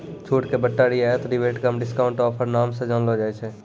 छूट के बट्टा रियायत रिबेट कमी डिस्काउंट ऑफर नाम से जानलो जाय छै